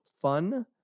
Fun